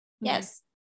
yes